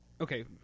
Okay